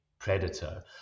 predator